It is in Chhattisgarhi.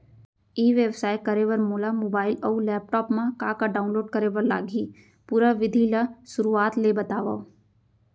ई व्यवसाय करे बर मोला मोबाइल अऊ लैपटॉप मा का का डाऊनलोड करे बर लागही, पुरा विधि ला शुरुआत ले बतावव?